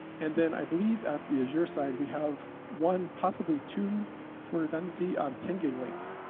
and then i believe at the azure side, we have one, possibly two for redundancy, um ten gig links.